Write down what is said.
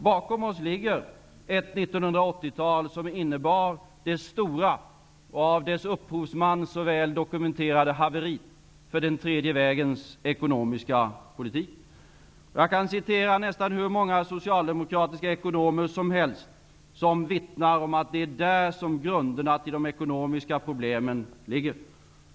Bakom oss ligger ett 1980-tal, som innebar det stora -- och av dess upphovsman så väl dokumenterade -- Jag kan citera nästan hur många socialdemokratiska ekonomer som helst, som vittnar om att det är där som grunderna till de ekonomiska problemen ligger.